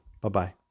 Bye-bye